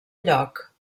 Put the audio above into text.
lloc